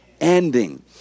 ending